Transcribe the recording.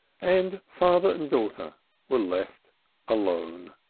and father and daughter were left alone.